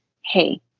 Hey